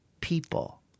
people